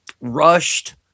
rushed